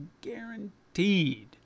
Guaranteed